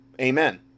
Amen